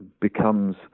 becomes